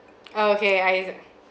oh okay I also